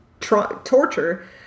torture